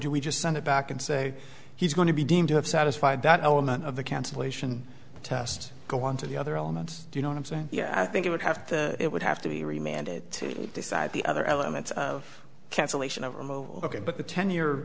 do we just send it back and say he's going to be deemed to have satisfied that element of the cancelation test go on to the other elements you know what i'm saying yeah i think it would have to it would have to be reminded to decide the other elements of cancellation of a ok but the ten year